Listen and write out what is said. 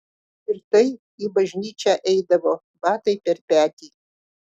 ir tai į bažnyčią eidavo batai per petį